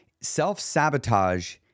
Self-sabotage